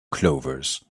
clovers